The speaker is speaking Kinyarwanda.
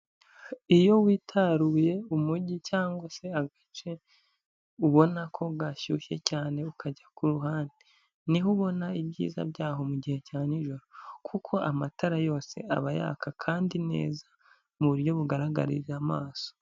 Iyo witaruye umujyi cyangwa se agace ubona ko gashyushye cyane ukajya ku ruhande, ni ho ubona ibyiza byaho mu gihe cya nijoro kuko amatara yose aba yaka kandi neza mu buryo bugaragarira amaso.